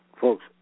folks